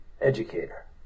educator